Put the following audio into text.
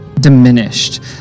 diminished